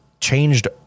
changed